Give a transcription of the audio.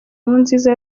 nkurunziza